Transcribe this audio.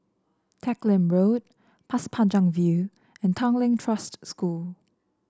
Teck Lim Road Pasir Panjang View and Tanglin Trust School